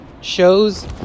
shows